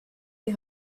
des